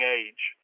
age